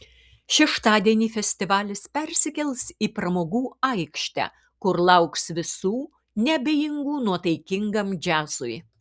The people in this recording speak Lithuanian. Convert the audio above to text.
šeštadienį festivalis persikels į pramogų aikštę kur lauks visų neabejingų nuotaikingam džiazui